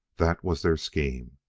that was their scheme.